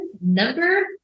number